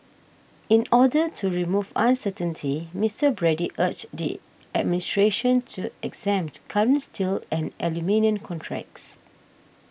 in order to remove uncertainty Mister Brady urged the administration to exempt current steel and aluminium contracts